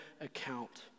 account